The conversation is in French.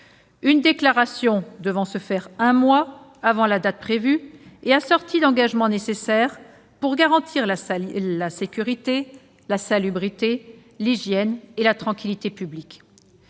500 personnes, devant être faite un mois avant la date prévue et assortie d'engagements pour garantir la sécurité, la salubrité, l'hygiène et la tranquillité publique.